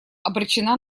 обречена